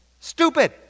Stupid